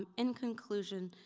um in conclusion,